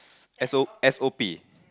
S_O S_O_P